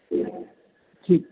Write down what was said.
ਠੀਕ